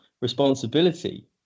responsibility